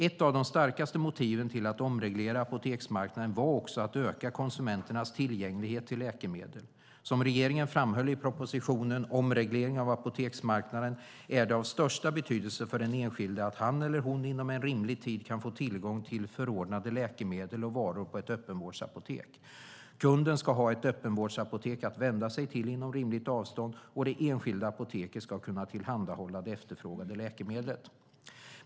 Ett av de starkaste motiven till att omreglera apoteksmarknaden var också att öka konsumenternas tillgänglighet till läkemedel. Som regeringen framhöll i propositionen Omreglering av apoteksmarknaden är det av största betydelse för den enskilde att han eller hon inom en rimlig tid kan få tillgång till förordnade läkemedel och varor på ett öppenvårdsapotek. Kunden ska ha ett öppenvårdsapotek att vända sig till inom ett rimligt avstånd, och det enskilda apoteket ska kunna tillhandahålla det efterfrågade läkemedlet.